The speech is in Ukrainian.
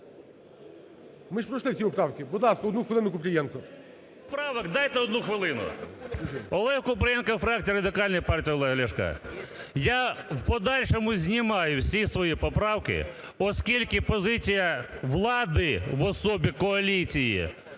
Ми ж пройшли всі поправки. Будь ласка, одну хвилину Купрієнко. 13:04:45 КУПРІЄНКО О.В. Олег Купрієнко, фракція Радикальної партії Олега Ляшка. Я в подальшому знімаю всі свої поправки, оскільки позиція влади в особі коаліції